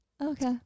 Okay